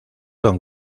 don